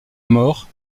mort